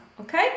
Okay